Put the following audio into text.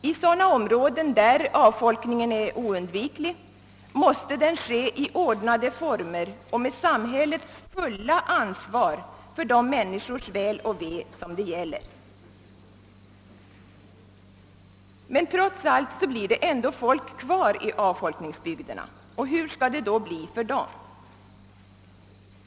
I sådana områden, där avfolkningen är oundviklig, måste den ske i ordnade former och med samhällets fulla ansvar för de människors väl och ve som det gäller. Men trots allt blir det folk kvar i avfolkningsbygderna, och hur skall det då bli för dem?